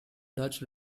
dutch